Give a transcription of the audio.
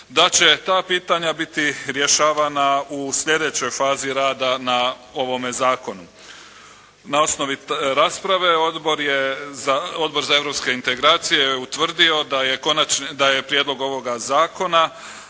da će ta pitanja biti rješavana u sljedećoj fazi rada na ovome zakonu. Na osnovi rasprave Odbor za europske integracije je utvrdio da je prijedlog ovoga zakona